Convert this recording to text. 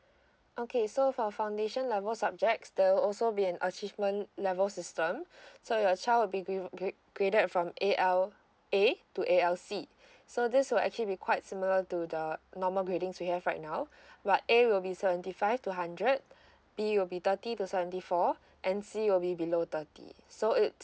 okay so for foundation level subjects there will also be an achievement level system so your child will be gra~ gra~ graded from A L A to A L C so this will actually be quite similar to the normal grading we have right now but A will be seventy five to hundred B will be thirty to seventy four and C will be below thirty so it's